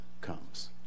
comes